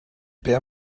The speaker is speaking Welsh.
beth